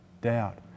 doubt